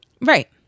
Right